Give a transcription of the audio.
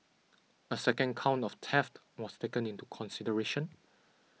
a second count of theft was taken into consideration